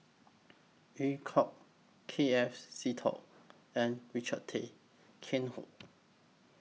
EU Kong K F Seetoh and Richard Tay Tian Hoe